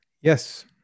Yes